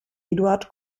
eduard